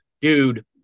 dude